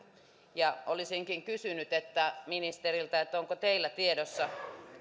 olisinkin kysynyt ministeriltä onko teillä tiedossa